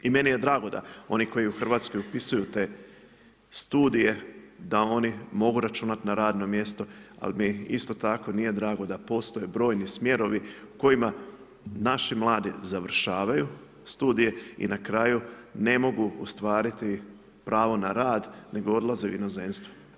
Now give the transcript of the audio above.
I meni je drago da oni koji u Hrvatskoj upisuju te studije, da oni mogu računati na radna mjesta, ali mi isto tako nije tako da postoje brojni smjerovi kojima naši mladi završavaju studije i na kraju ne mogu ostvariti pravo na rad nego odlaze u inozemstvo.